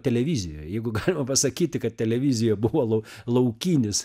televizijoj jeigu galima pasakyti kad televizija buvo lau laukinis